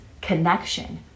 connection